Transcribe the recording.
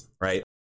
right